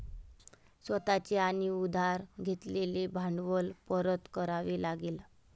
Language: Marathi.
स्वतः चे आणि उधार घेतलेले भांडवल परत करावे लागेल